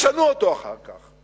ישנו אותו אחר כך.